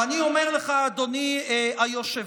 ואני אומר לך, אדוני היושב-ראש,